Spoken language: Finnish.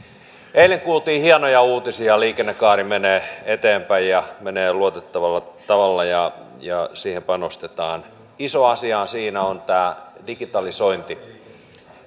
eilen kuultiin hienoja uutisia liikennekaari menee eteenpäin ja menee luotettavalla tavalla ja ja siihen panostetaan iso asiahan siinä on tämä digitalisointi